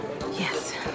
Yes